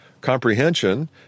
comprehension